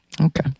Okay